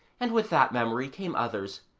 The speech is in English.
and with that memory came others,